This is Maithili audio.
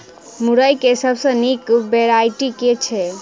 मुरई केँ सबसँ निक वैरायटी केँ छै?